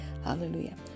hallelujah